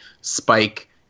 Spike